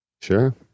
Sure